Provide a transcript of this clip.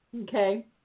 Okay